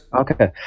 Okay